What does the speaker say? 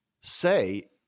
say